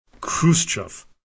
Khrushchev